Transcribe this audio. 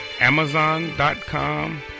Amazon.com